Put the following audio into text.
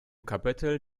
kapitel